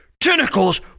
tentacles